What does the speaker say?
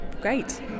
Great